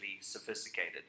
sophisticated